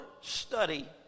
study